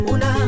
Una